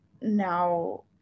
now